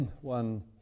one